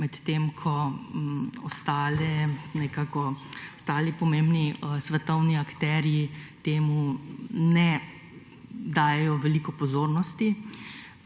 medtem ko ostali pomembni svetovni akterji temu ne dajejo veliko pozornosti.